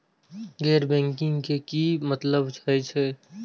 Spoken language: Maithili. गैर बैंकिंग के की मतलब हे छे?